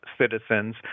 citizens